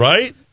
right